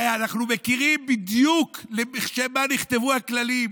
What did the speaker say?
הרי אנחנו מכירים בדיוק לשם מה נכתבו הכללים,